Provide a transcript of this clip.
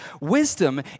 Wisdom